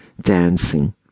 dancing